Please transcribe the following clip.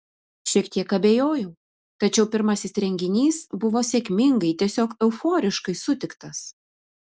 šiek tiek abejojau tačiau pirmasis renginys buvo sėkmingai tiesiog euforiškai sutiktas